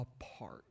apart